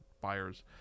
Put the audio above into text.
buyers